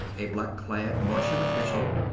a black-clad martian official,